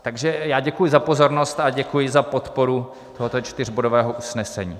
Takže já děkuji za pozornost a děkuji za podporu tohoto čtyřbodového usnesení.